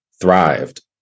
thrived